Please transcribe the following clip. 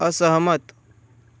असहमत